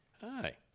Hi